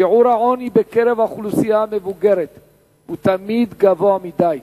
שיעור העוני בקרב האוכלוסייה המבוגרת הוא תמיד גבוה מדי,